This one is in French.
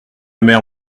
mère